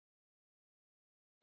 42x105